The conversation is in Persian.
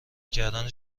کردن